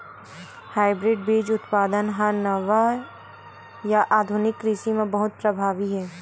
hybrid बीज उत्पादन हा नवा या आधुनिक कृषि मा बहुत प्रभावी हे